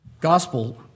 gospel